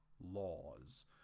laws